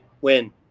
Win